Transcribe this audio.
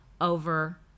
over